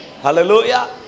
Hallelujah